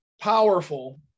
powerful